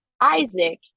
Isaac